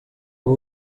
ubu